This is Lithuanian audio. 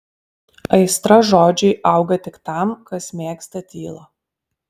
aistra žodžiui auga tik tam kas mėgsta tylą